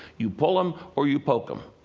you pull them or you poke them.